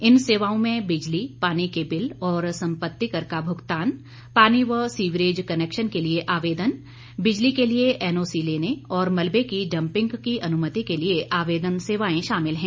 इन सेवाओं में बिजली पानी के बिल और सम्पत्ति कर का भुगतान पानी व सीवरेज कनेक्शन के लिए आवेदन बिजली के लिए एनओसी लेने और मलबे की डम्पिंग की अनुमति के लिए आवेदन सेवाएं शामिल हैं